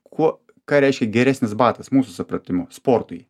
kuo ką reiškia geresnis batas mūsų supratimu sportui